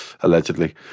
Allegedly